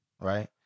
Right